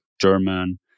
German